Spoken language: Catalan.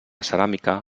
ceràmica